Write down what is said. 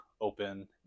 open